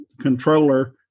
controller